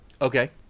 Okay